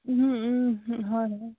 হয় হয়